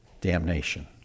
damnation